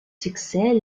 succès